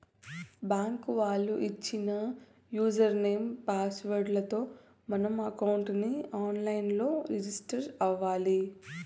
bank వాళ్ళు ఇచ్చిన user name, password లతో మనం అకౌంట్ ని ఆన్ లైన్ లో రిజిస్టర్ అవ్వాలి